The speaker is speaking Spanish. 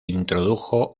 introdujo